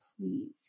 please